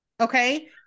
Okay